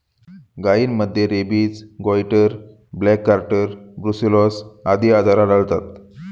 गायींमध्ये rabies, goitre, black quarter, brucellosis आदी आजार आढळतात